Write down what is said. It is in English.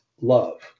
love